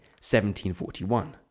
1741